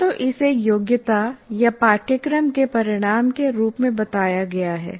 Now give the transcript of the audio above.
या तो इसे योग्यता या पाठ्यक्रम के परिणाम के रूप में बताया गया है